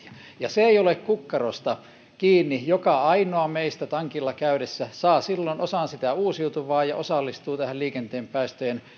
ja se ei ole kukkarosta kiinni joka ainoa meistä tankilla käydessä saa silloin osan sitä uusiutuvaa ja osallistuu tähän liikenteen päästöjen